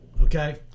Okay